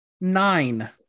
Nine